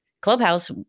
Clubhouse